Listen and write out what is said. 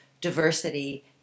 diversity